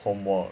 homework